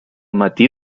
matí